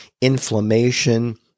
inflammation